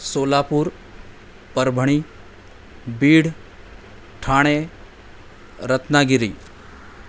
Solapur Parbhani Beed Thane Ratnagiri